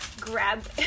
grab